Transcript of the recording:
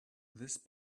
this